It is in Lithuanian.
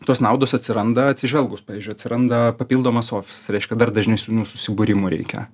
tos naudos atsiranda atsižvelgus pavyzdžiui atsiranda papildomas ofisas reiškia dar dažnesnių susibūrimų reikia